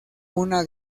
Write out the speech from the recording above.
una